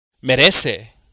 merece